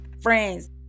friends